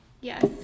Yes